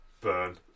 Burn